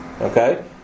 Okay